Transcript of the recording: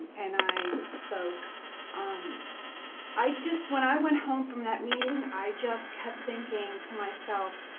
and i spoke um i just, when i went home from that meeting, i just kept thinking to myself,